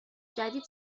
جدید